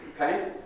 okay